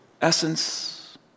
Essence